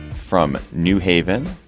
from new haven,